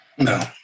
No